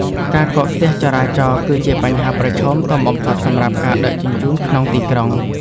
ការកកស្ទះចរាចរណ៍គឺជាបញ្ហាប្រឈមធំបំផុតសម្រាប់ការដឹកជញ្ជូនក្នុងទីក្រុង។